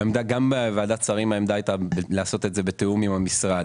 העמדה גם בוועדת שרים העמדה הייתה לעשות את זה בתיאום עם המשרד.